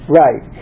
right